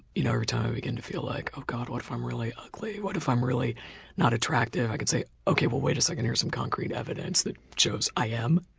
you know every time i begin to feel like oh god, what if i'm really ugly. what if i'm really not attractive i can say ok, well, wait a second, here's some concrete evidence that shows i am.